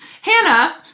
Hannah